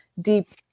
deep –